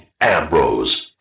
Ambrose